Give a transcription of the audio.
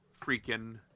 freaking